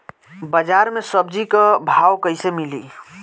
बाजार मे सब्जी क भाव कैसे मिली?